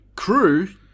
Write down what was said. Crew